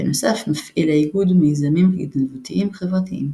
בנוסף, מפעיל האיגוד מיזמים התנדבותיים חברתיים.